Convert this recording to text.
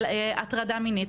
על הטרדה מינית,